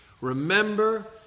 Remember